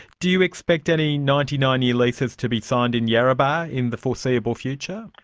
do you expect any ninety nine year leases to be signed in yarrabah in the foreseeable future?